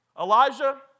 Elijah